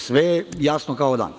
Sve je jasno kao dan.